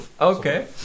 Okay